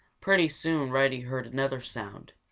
pretty soon reddy heard another sound.